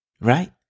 right